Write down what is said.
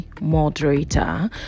moderator